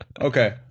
Okay